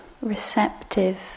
receptive